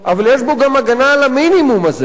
אבל יש בו גם הגנה על המינימום הזה,